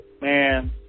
man